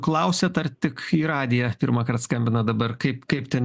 klausėt ar tik į radiją pirmąkart skambinat dabar kaip kaip ten